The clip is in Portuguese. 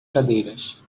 cadeiras